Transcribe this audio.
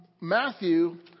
Matthew